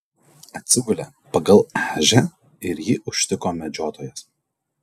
atsigulė pagal ežią ir jį užtiko medžiotojas